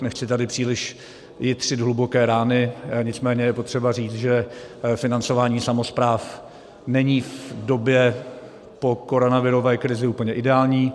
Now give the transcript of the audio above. Nechci tady příliš jitřit hluboké rány, nicméně je potřeba říct, že financování samospráv není v době po koronavirové krizi úplně ideální.